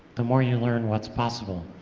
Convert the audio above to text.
the more you learn what's possible.